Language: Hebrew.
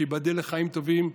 שייבדל לחיים טובים,